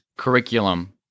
curriculum